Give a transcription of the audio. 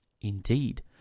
indeed